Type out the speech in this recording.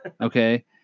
okay